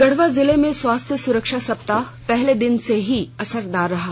गढ़वा जिले में स्वास्थ्य सुरक्षा सप्ताह पहले दिन से ही असरदार रहा